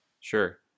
Sure